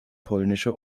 polnische